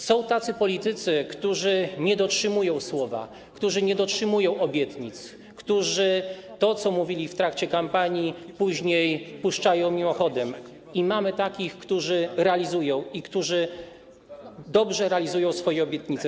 Są tacy politycy, którzy nie dotrzymują słowa, którzy nie dotrzymują obietnic, którzy to, co mówili w trakcie kampanii, później puszczają mimochodem, i mamy takich, którzy realizują, dobrze realizują swoje obietnice.